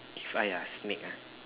if I ah snake ah